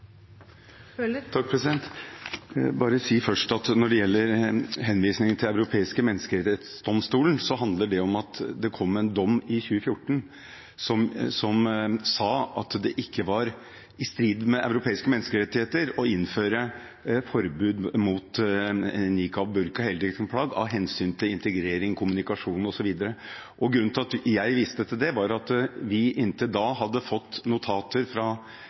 bare si først at når det gjelder henvisningen til Den europeiske menneskerettsdomstolen, handler det om at det kom en dom i 2014 som sa at det ikke var i strid med europeiske menneskerettigheter å innføre forbud mot nikab, burka og heldekkende plagg av hensyn til integrering, kommunikasjon osv. Grunnen til at jeg viste til det, var at vi inntil da hadde fått notater fra